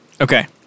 Okay